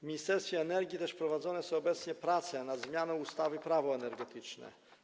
W Ministerstwie Energii prowadzone są też obecnie prace nad zmianą ustawy Prawo energetyczne.